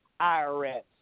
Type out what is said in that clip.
IRS